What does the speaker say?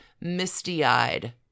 misty-eyed